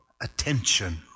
attention